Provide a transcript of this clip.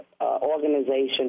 organization